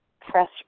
press